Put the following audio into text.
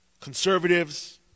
Conservatives